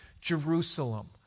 Jerusalem